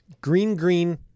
green-green